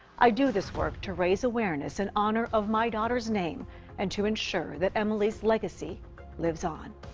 i do this work to raise awareness in honor of my daughter's name and to ensure that emily's legacy lives on.